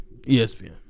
ESPN